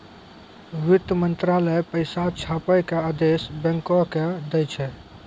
वित्त मंत्रालय पैसा छापै के आदेश बैंको के दै छै